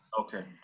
Okay